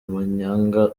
amanyanga